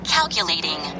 Calculating